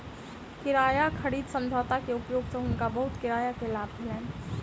किराया खरीद समझौता के उपयोग सँ हुनका बहुत किराया के लाभ भेलैन